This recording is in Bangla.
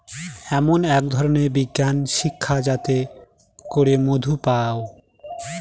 এমন এক ধরনের বিজ্ঞান শিক্ষা যাতে করে মধু পায়